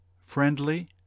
friendly